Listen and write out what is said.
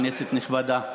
כנסת נכבדה,